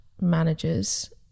managers